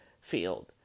field